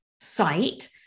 site